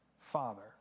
father